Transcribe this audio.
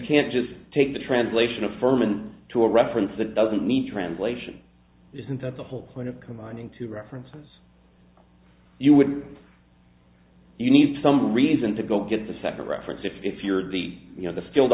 can't just take the translation of furhman to a reference that doesn't need translation isn't that the whole point of combining two references you wouldn't you need some reason to go get the second reference if you're the you know the filled